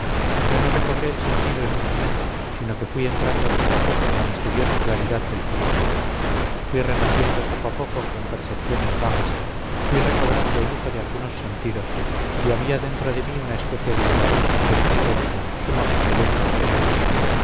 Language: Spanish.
yo no recobré el sentido en un momento sino que fui entrando poco a poco en la misteriosa claridad del conocer fui renaciendo poco a poco con percepciones vagas fui recobrando el uso de algunos sentidos y había dentro de mí una especie de aurora pero muy lenta sumamente lenta y penosa